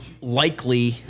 likely